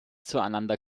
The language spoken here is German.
zueinander